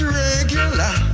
regular